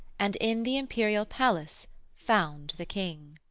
and in the imperial palace found the king.